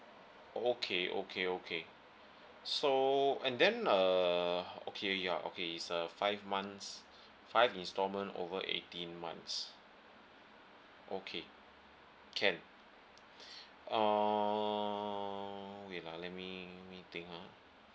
okay okay okay so and then uh okay yeah okay it's a five months five instalment over eighteen months okay can uh wait ah let me let me think ah